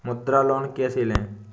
मुद्रा लोन कैसे ले?